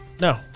no